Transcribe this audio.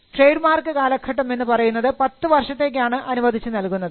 trademark കാലഘട്ടം എന്ന് പറയുന്നത് പത്ത് വർഷത്തേക്കാണ് അനുവദിച്ചു നൽകുന്നത്